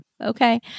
Okay